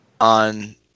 on